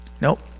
Nope